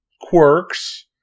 quirks